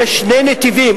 יש שני נתיבים,